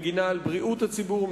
מגינה על בריאות הציבור,